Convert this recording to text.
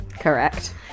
Correct